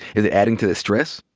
is it adding to the stress?